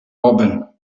robin